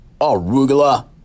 arugula